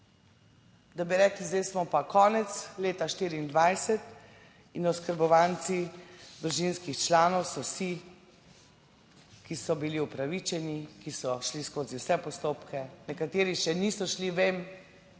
da bi rekli, zdaj smo pa konec leta 2024 in oskrbovanci družinskih članov, so vsi, ki so bili upravičeni, ki so šli skozi vse postopke, nekateri še niso šli ven,